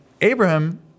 Abraham